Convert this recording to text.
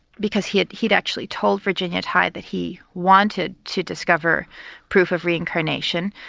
because he had had actually told virginia tighe that he wanted to discover proof of reincarnation,